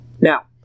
Now